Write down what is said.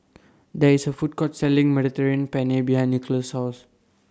There IS A Food Court Selling Mediterranean Penne behind Nikolas' House